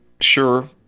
sure